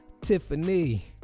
Tiffany